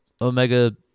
Omega